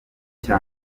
cya